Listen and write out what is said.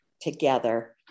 together